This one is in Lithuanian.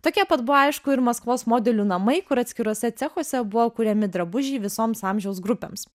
tokie pat buvo aišku ir maskvos modelių namai kur atskiruose cechuose buvo kuriami drabužiai visoms amžiaus grupėms